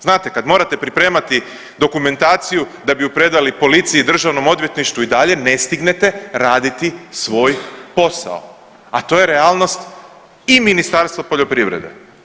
Znate kad morate pripremati dokumentaciju da bi ju predali policiji i državnom odvjetništvu i dalje ne stignete raditi svoj posao, a to je realnost i Ministarstva poljoprivrede.